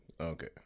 Okay